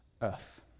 earth